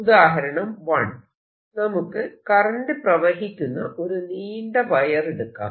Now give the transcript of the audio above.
ഉദാഹരണം 1 നമുക്ക് കറന്റ് പ്രവഹിക്കുന്ന ഒരു നീണ്ട വയർ എടുക്കാം